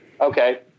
Okay